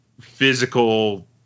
physical